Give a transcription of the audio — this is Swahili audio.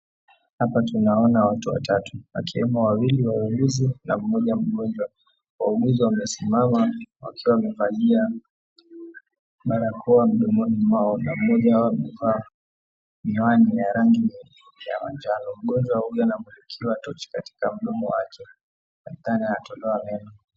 Hapa tunaona watu watatu wakiwemo wawili wauguzi na mmoja mgonjwa, wauguzi wamesimama wakiwa wamevalia barakoa mdomoni mwao na mmoja wao amevaa miwani ya rangi ya manjano na mgonjwa huyu anamulikiwa tochi katika mdomo wake nadhani anatolewa meno.